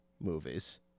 movies